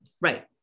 Right